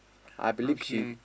I believe she